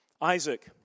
Isaac